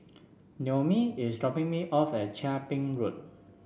Noemi is dropping me off at Chia Ping Road